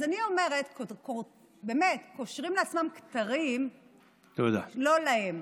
אז אני אומרת: באמת קושרים לעצמם כתרים לא להם.